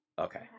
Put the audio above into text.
Okay